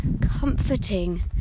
comforting